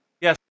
Yes